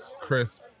crisp